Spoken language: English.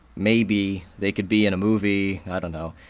maybe, they could be in a movie, i don't know,